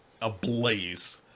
ablaze